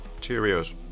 Cheerios